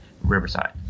Riverside